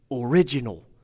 original